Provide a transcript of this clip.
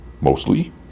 mostly